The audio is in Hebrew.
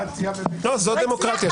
זאת דמוקרטיה,